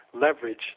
Leverage